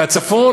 והצפון,